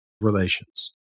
relations